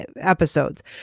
episodes